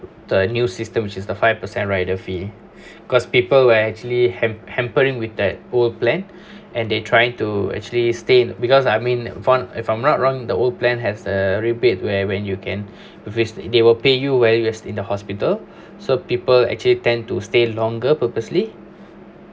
the new system which is the five percent rider fee because people were actually ham~ hampering with that old plan and they trying to actually stay in because I mean one if I'm not wrong the old plan has a rebate where when you can receive they will pay you whereas in the hospital so people actually tend to stay longer purposely